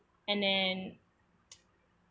and then